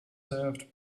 served